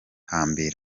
kandi